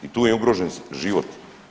I tu je ugrožen život.